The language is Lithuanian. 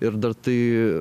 ir dar tai